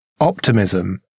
optimism